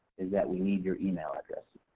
is that we need your email address.